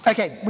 Okay